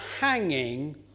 hanging